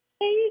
Hey